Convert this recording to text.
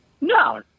No